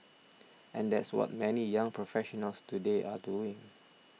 and that's what many young professionals today are doing